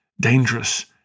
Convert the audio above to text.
dangerous